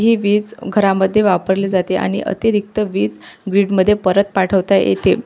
ही वीज घरामध्ये वापरली जाते आणि अतिरिक्त वीज ग्रीडमध्ये परत पाठवता येते